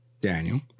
Daniel